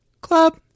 Club